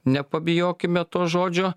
nepabijokime to žodžio